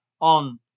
on